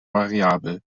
variabel